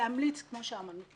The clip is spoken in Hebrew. להמליץ כמו שאמרנו.